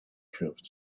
curved